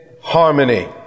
harmony